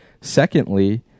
Secondly